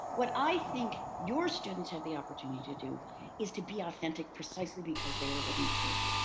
what i think your students have the opportunity to do is to be authentic precisely because they are living through it.